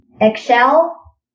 Excel